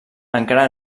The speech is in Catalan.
encara